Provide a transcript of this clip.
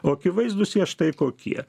o akivaizdūs jie štai kokie